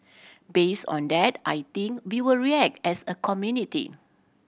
based on that I think we will react as a community